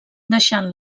deixant